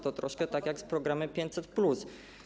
To troszkę tak jak z programem 500+.